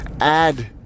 add